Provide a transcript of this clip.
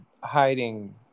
hiding